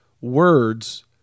words